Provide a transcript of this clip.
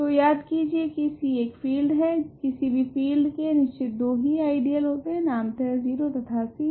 तो याद कीजिए की C एक फील्ड है किसी भी फील्ड के निश्चित 2 ही आइडियल होते है नामतः 0 तथा C